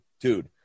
Dude